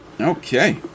Okay